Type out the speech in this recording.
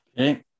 Okay